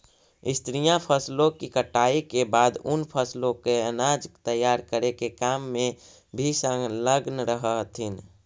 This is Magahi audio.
स्त्रियां फसलों की कटाई के बाद उन फसलों से अनाज तैयार करे के काम में भी संलग्न रह हथीन